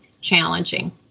challenging